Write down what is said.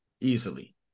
easily